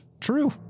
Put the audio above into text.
True